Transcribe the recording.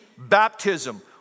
Baptism